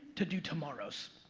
to do tomorrow's.